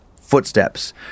footsteps